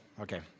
Okay